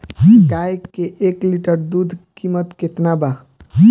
गाय के एक लीटर दूध कीमत केतना बा?